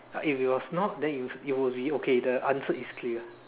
if it was not then it'll it'll be okay the answer is clear